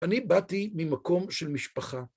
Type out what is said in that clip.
אני באתי ממקום של משפחה.